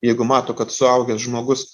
jeigu mato kad suaugęs žmogus